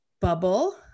bubble-